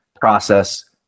process